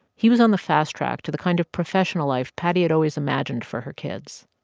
he was on the fast track to the kind of professional life patty had always imagined for her kids.